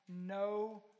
no